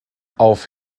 auf